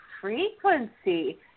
frequency